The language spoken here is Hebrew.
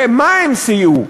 במה הם סייעו.